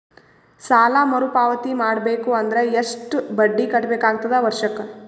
ಸಾಲಾ ಮರು ಪಾವತಿ ಮಾಡಬೇಕು ಅಂದ್ರ ಎಷ್ಟ ಬಡ್ಡಿ ಕಟ್ಟಬೇಕಾಗತದ ವರ್ಷಕ್ಕ?